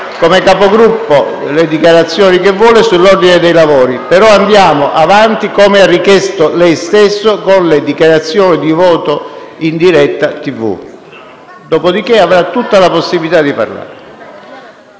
come Capogruppo, può fare le dichiarazioni sull'ordine dei lavori, però andiamo avanti, come richiesto da lei stesso, con le dichiarazioni di voto in diretta televisiva. Dopodiché avrà tutta la possibilità di parlare.